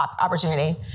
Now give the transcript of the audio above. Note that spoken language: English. opportunity